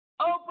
open